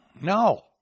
No